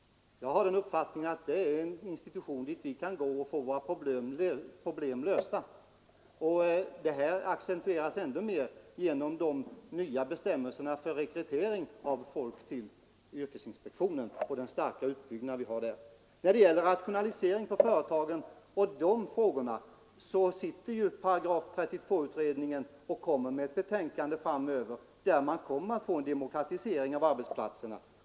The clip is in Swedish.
I stället har jag den uppfattningen att yrkesinspektionen är en institution dit man kan gå för att få sina problem lösta. Detta accentueras ännu mer genom de nya bestämmelserna för rekrytering av folk till yrkesinspektionen och dess starka utbyggnad. När det gäller rationaliseringar på företagen och därmed sammanhängande frågor kommer § 32-utredningen med ett betänkande framöver om en demokratisering på arbetsplatserna.